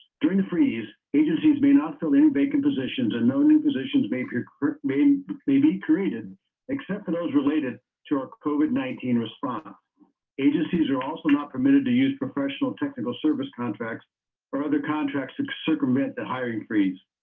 during the freeze agencies may not fill in vacant positions and no new positions may be i mean may be created except for those related to a covid nineteen. respond agencies are also not permitted to use professional technical service contracts or other contracts to like circumvent the hiring freeze.